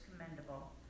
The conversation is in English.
commendable